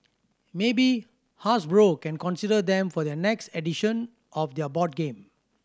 maybe Hasbro can consider them for their next edition of their board game